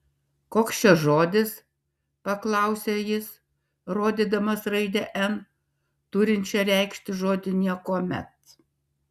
koks čia žodis paklausė jis rodydamas raidę n turinčią reikšti žodį niekuomet